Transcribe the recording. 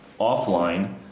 offline